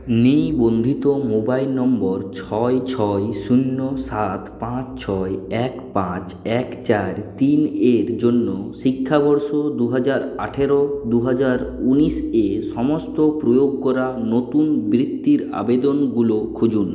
নিবন্ধিত mobile number ছয় ছয় শূন্য সাত পাঁচ ছয় এক পাঁচ এক চার তিন এর জন্য শিক্ষাবর্ষ দু হাজার আঠারো দু হাজার উনিশ এ সমস্ত প্রয়োগ করা নতুন বৃত্তির আবেদনগুলো খুঁজুন